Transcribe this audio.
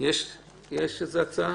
יש איזו הצעה